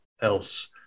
else